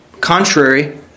contrary